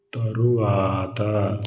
తరువాత